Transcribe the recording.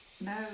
No